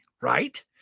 right